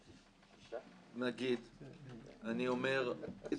מרשויות המדינה, מאגרים שהם מראש פתוחים, פומביים.